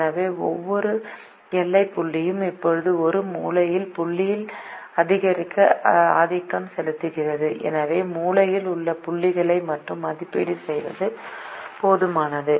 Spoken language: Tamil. எனவே ஒவ்வொரு எல்லை புள்ளியும் இப்போது ஒரு மூலையில் புள்ளி ஆதிக்கம் செலுத்துகிறது எனவே மூலையில் உள்ள புள்ளிகளை மட்டுமே மதிப்பீடு செய்வது போதுமானது